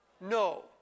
No